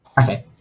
okay